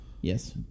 Yes